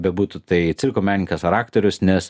bebūtų tai cirko menkas ar aktorius nes